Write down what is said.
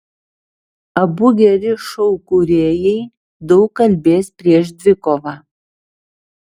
abu geri šou kūrėjai daug kalbės prieš dvikovą